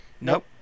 Nope